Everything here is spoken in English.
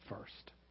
first